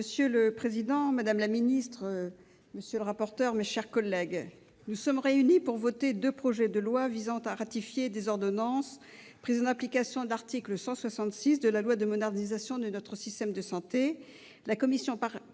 Monsieur le président, madame la secrétaire d'État, mes chers collègues, nous sommes réunis pour voter deux projets de loi visant à ratifier des ordonnances prises en application de l'article 166 de la loi de modernisation de notre système de santé, les commissions